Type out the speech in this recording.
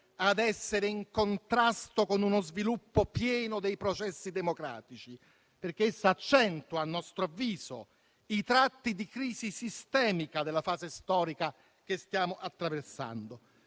a essere in contrasto con un pieno sviluppo dei processi democratici, perché essa accentua, a nostro avviso, i tratti di crisi sistemica della fase storica che stiamo attraversando.